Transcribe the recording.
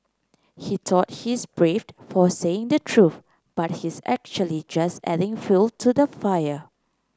he thought he's braved for saying the truth but he's actually just adding fuel to the fire